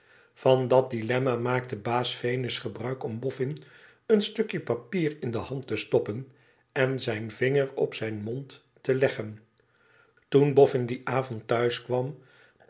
van dat dilemna maakte baas venus gebruik om boffin een stukje papier in de hand te stoppen en zijn vinger op zijn mond te leggen toen boffin dien avond